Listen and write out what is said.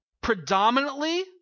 predominantly